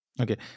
okay